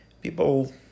people